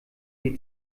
die